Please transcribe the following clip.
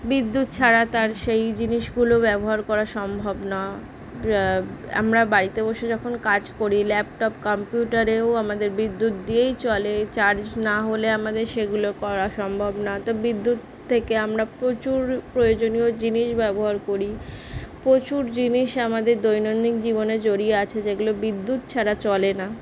বিদ্যুৎ ছাড়া তার সেই জিনিসগুলো ব্যবহার করা সম্ভব না আমরা বাড়িতে বসে যখন কাজ করি ল্যাপটপ কম্পিউটারেও আমাদের বিদ্যুৎ দিয়েই চলে চার্জ না হলে আমাদের সেগুলো করা সম্ভব না তো বিদ্যুৎ থেকে আমরা প্রচুর প্রয়োজনীয় জিনিস ব্যবহার করি প্রচুর জিনিস আমাদের দৈনন্দিন জীবনে জড়িয়ে আছে যেগুলো বিদ্যুৎ ছাড়া চলে না